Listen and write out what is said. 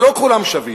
אבל לא כולם שווים.